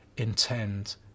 intend